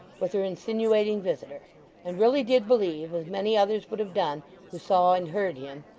with her insinuating visitor and really did believe, as many others would have done who saw and heard him,